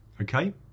Okay